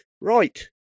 right